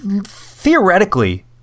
Theoretically